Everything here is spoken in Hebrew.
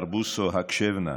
הקשב נא.